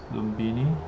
Lumbini